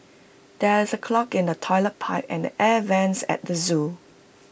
there is A clog in the Toilet Pipe and air Vents at the Zoo